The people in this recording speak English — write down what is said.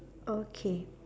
okay